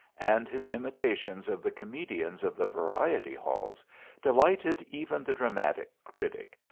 and his imitations of the comedians of the variety halls delighted even the dramatic critic,